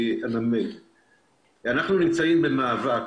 אנחנו נמצאים במאבק,